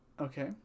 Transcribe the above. Okay